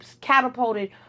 catapulted